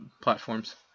platforms